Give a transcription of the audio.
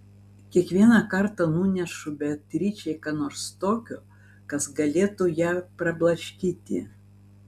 kiekvieną kartą nunešu beatričei ką nors tokio kas galėtų ją prablaškyti